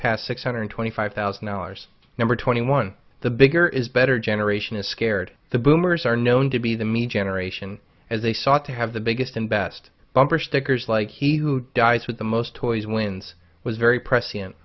past six hundred twenty five thousand dollars number twenty one the bigger is better generation is scared the boomers are known to be the me generation as they sought to have the biggest and best bumper stickers like he who dies with the most toys wins was very prescient